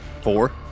Four